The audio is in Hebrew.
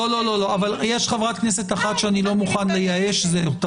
לא, יש חברת כנסת שאני לא מוכן לייאש, את.